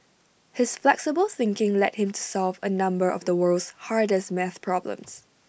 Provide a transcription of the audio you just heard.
his flexible thinking led him to solve A number of the world's hardest maths problems